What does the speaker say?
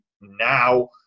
now